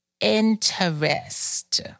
interest